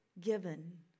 given